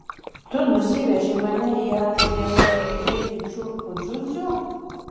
tu nusivežei mane į aziją pasižiūrėti čiurkų dziundzių